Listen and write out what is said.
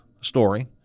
story